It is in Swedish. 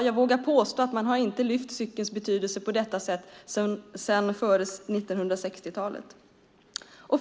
Jag vågar påstå att man inte har lyft fram cykelns betydelse på detta sätt sedan före 1960-talet.